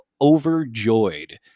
overjoyed